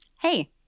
Hey